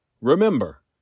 Remember